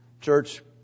Church